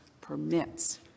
permits